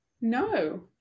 No